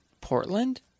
Portland